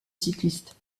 cycliste